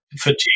Fatigue